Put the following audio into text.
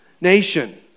nation